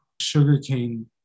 sugarcane